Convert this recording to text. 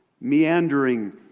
meandering